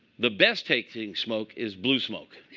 the best tasting smoke is blue smoke.